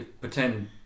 pretend